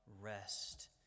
rest